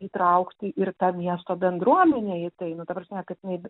įtraukti ir tą miesto bendruomenę į tai nu ta prasme kad jinai